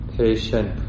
patient